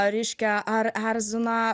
reiškia ar erzina